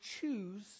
choose